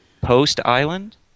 post-Island